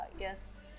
yes